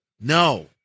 No